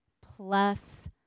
plus